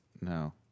no